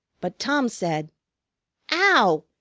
but tom said ow!